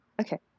okay